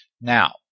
Now